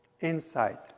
Insight